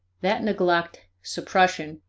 that neglect, suppression,